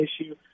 issue